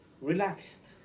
relaxed